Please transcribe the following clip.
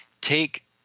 take